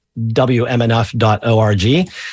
wmnf.org